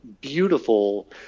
beautiful